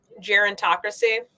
gerontocracy